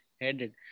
headed